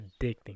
addicting